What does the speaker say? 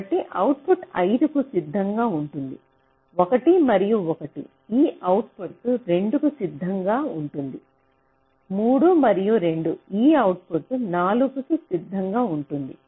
కాబట్టి అవుట్పుట్ 5 కు సిద్ధంగా ఉంటుంది 1 మరియు 1 ఈ అవుట్పుట్ 2 కు సిద్ధంగా ఉంటుంది 3 మరియు 2 ఈ అవుట్పుట్ 4 కి సిద్ధంగా ఉంటుంది